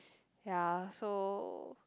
ya so